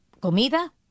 comida